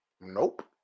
Nope